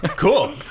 Cool